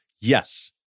Yes